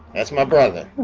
that's my brother,